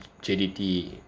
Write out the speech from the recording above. JDT